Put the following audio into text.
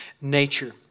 nature